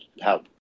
help